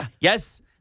Yes